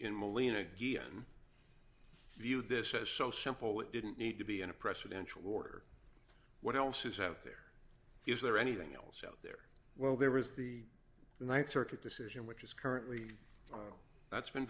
in moline again viewed this as so simple it didn't need to be in a presidential order what else is out there is there anything else other well there is the th circuit decision which is currently that's been